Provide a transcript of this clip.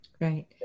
Right